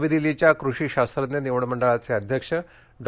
नवी दिल्लीच्या कृषि शास्त्रज्ञ निवड मंडळाचे अध्यक्ष डॉ